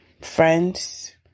friends